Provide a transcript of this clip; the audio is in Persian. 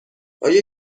آیا